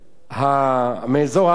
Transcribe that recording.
מאזור הר-הזיתים,